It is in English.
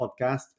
podcast